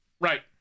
Right